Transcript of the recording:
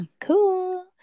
cool